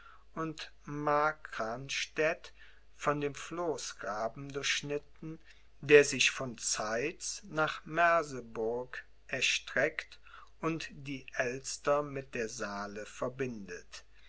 und markranstädt von dem floßgraben durchschnitten der sich von zeitz nach merseburg erstreckt und die elster mit der saale verbindet